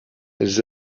elles